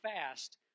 fast